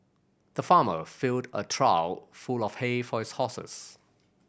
the farmer filled a trough full of hay for his horses